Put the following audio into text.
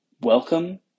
Welcome